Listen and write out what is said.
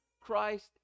Christ